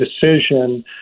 decision